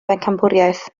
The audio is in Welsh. bencampwriaeth